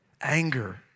anger